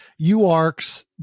UARCs